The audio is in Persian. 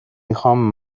میخوام